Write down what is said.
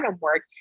work